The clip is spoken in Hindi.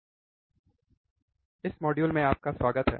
प्रयोग ऑप एम्प की विशेषताएँ इनपुट बायस करंट इस मॉड्यूल में आपका स्वागत है